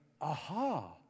Aha